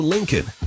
Lincoln